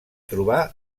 trobar